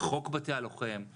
לחוק בתי הלוחם.